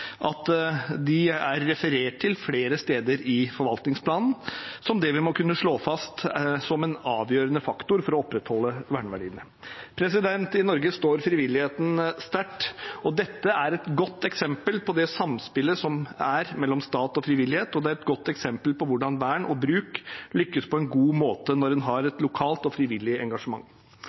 at de er referert til flere steder i forvaltningsplanen som det vi må kunne slå fast som en avgjørende faktor for å opprettholde verneverdiene. I Norge står frivilligheten sterkt. Dette er et godt eksempel på samspillet mellom stat og frivillighet, og det er et godt eksempel på hvordan vern og bruk lykkes på en god måte når en har et lokalt og frivillig engasjement.